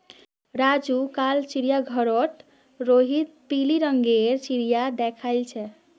राजू कल चिड़ियाघर रोड रोहित पिली रंग गेर चिरया देख याईल छे